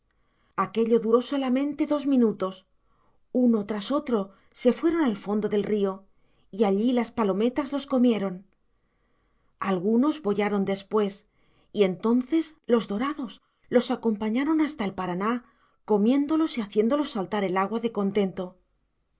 aquello duró solamente dos minutos uno tras otro se fueron al fondo del río y allí las palometas los comieron algunos boyaron después y entonces los dorados los acompañaron hasta el paraná comiéndolos y haciendo saltar el agua de contento